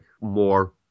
more